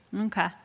Okay